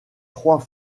trois